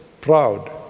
proud